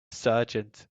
sergeant